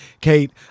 Kate